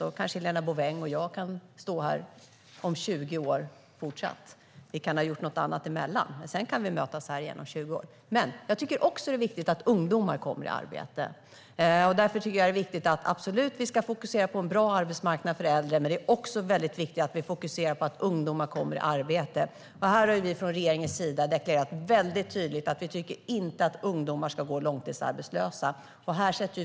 Då kanske Helena Bouveng och jag möts här igen om 20 år, även om vi gör annat emellan. Men det är också viktigt att ungdomar kommer i arbete. Visst ska vi fokusera på en bra arbetsmarknad för äldre, men vi måste också fokusera på att få ungdomar i arbete. Regeringen har tydligt deklarerat att ungdomar inte ska gå långtidsarbetslösa.